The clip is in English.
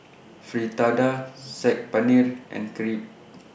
Fritada Saag Paneer and Crepe